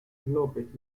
lópez